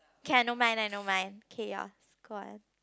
can I don't mind I don't mind okay yours go on